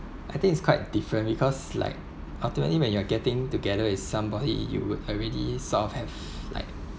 I think it's quite different because like ultimately when you are getting together with somebody you would already sort of have like